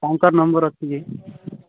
ତାଙ୍କର ନମ୍ବର୍ ଅଛି କି